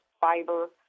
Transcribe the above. fiber